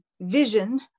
vision